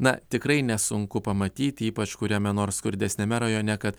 na tikrai nesunku pamatyt ypač kuriame nors skurdesniame rajone kad